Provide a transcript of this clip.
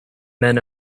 men